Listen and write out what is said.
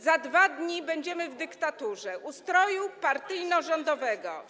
Za 2 dni będziemy w dyktaturze, ustroju partyjno-rządowym.